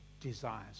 desires